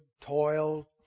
toil